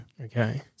Okay